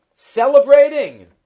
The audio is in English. celebrating